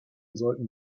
sollten